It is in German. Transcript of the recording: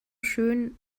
schön